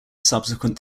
subsequent